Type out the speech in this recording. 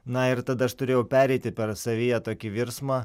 na ir tada aš turėjau pereiti per savyje tokį virsmą